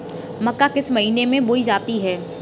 मक्का किस महीने में बोई जाती है?